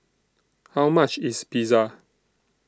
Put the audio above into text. How much IS Pizza